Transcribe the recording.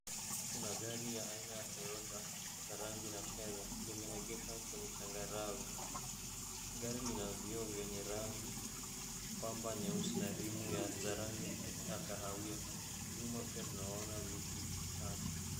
Kuna gari ya aina ya toyota la rangi la fedha limeegeshwa kwenye changarawe. Gari lina vioo vyenye rangi pamba nyeusi na rimu za rangi ya kahawia. Nyuma pia tunaona miti chache.